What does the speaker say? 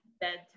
bedtime